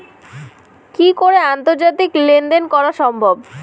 কি করে আন্তর্জাতিক লেনদেন করা সম্ভব?